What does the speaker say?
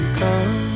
come